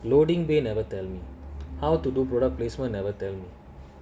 loading bay never tell me how to do product placement never turn